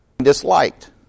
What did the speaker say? disliked